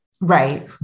Right